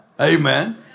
Amen